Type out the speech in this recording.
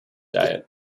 diet